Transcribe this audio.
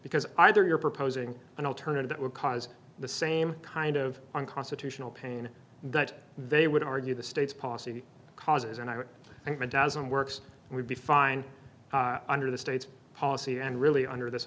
because either you're proposing an alternative that would cause the same kind of unconstitutional pain that they would argue the state's policy causes and i think that doesn't works and would be fine under the state's policy and really under this